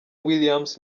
williams